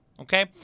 okay